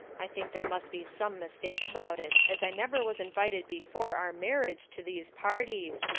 i think there must be some mistake about it, as i never was invited before our marriage to these parties,